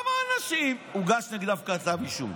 נגד כמה אנשים הוגש כתב אישום?